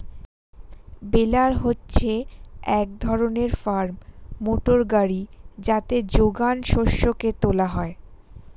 বেলার হচ্ছে এক ধরনের ফার্ম মোটর গাড়ি যাতে যোগান শস্যকে তোলা হয়